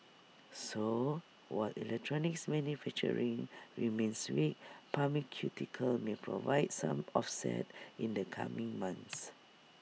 so while electronics manufacturing remains weak pharmaceuticals may provide some offset in the coming months